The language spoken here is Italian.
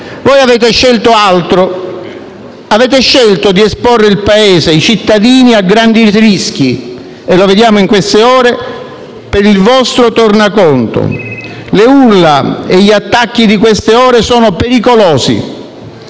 Voi avete scelto altro: avete scelto di esporre il Paese e i cittadini a grandi rischi (e lo vediamo in queste ore) per il vostro tornaconto. Le urla e gli attacchi di queste ore sono pericolosi;